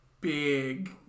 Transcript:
big